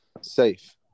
safe